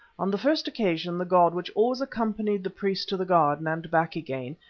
on the first occasion the god which always accompanied the priest to the garden and back again,